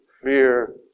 fear